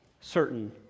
certain